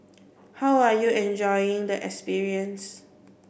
how are you enjoying the experience